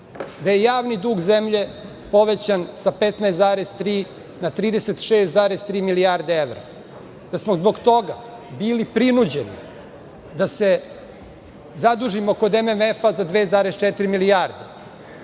da je javni dug zemlje povećan sa 15,3 na 36,3 milijarde evra, da smo zbog toga bili prinuđeni da se zadužimo kod MMF-a za 2,4 milijarde,